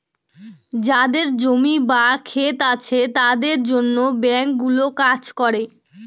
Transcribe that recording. যাদের জমি বা ক্ষেত আছে তাদের জন্য ব্যাঙ্কগুলো কাজ করে